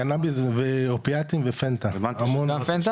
קנאביס, אופיאטים וFENTA, המון.